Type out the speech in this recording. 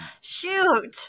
shoot